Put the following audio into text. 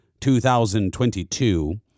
2022